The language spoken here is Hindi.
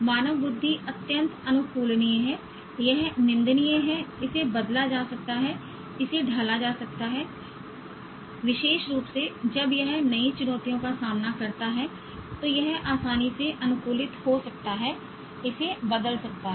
मानव बुद्धि अत्यधिक अनुकूलनीय है यह निंदनीय है इसे बदला जा सकता है इसे ढाला जा सकता है विशेष रूप से जब यह नई चुनौतियों का सामना करता है तो यह आसानी से अनुकूलित हो सकता है इसे बदल सकता है